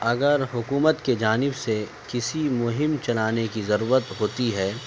اگر حکومت کے جانب سے کسی مہم چلانے کی ضرورت ہوتی ہے